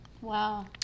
Wow